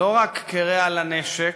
לא רק כרע לנשק